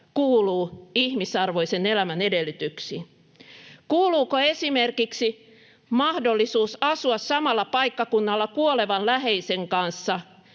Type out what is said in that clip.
kuuluu ihmisarvoisen elämän edellytyksiin. Kuuluuko esimerkiksi mahdollisuus asua samalla paikkakunnalla kuolevan läheisen kanssa